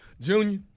junior